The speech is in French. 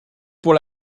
pour